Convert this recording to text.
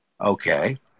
Okay